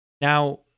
now